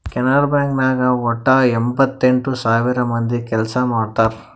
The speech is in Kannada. ಕೆನರಾ ಬ್ಯಾಂಕ್ ನಾಗ್ ವಟ್ಟ ಎಂಭತ್ತೆಂಟ್ ಸಾವಿರ ಮಂದಿ ಕೆಲ್ಸಾ ಮಾಡ್ತಾರ್